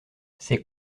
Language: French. c’est